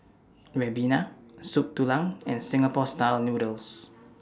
Ribena Soup Tulang and Singapore Style Noodles